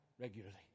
regularly